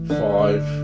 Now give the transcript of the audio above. five